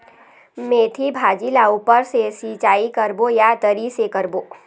मेंथी भाजी ला ऊपर से सिचाई करबो या तरी से करबो?